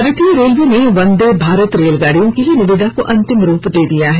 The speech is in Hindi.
भारतीय रेलवे ने वंदे भारत रेलगाड़ियों के लिए निविदा को अंतिम रूप दे दिया है